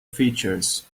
features